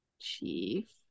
Chief